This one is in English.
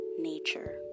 nature